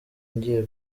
ngiye